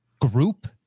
Group